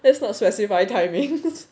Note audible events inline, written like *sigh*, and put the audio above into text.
let's not specify timings *laughs*